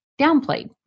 downplayed